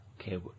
Okay